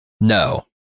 No